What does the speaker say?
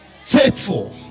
Faithful